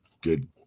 good